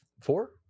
Four